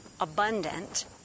abundant